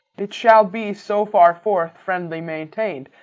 it shall be so far forth friendly maintained,